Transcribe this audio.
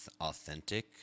authentic